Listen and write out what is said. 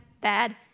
bad